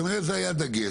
כנראה זה היה דגש,